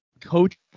Coach